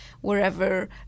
wherever